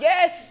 Yes